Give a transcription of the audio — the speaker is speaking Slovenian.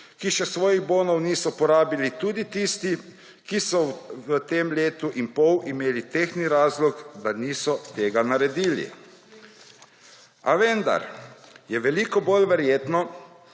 ki še svojih bonov niso porabili, tudi tisti, ki so v tem letu in pol imeli tehten razlog, da tega niso naredili. A vendar je veliko bolj verjetno,